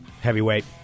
heavyweight